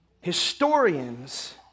Historians